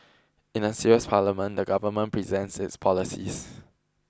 in a serious parliament the government presents its policies